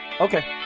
Okay